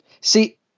See